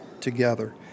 together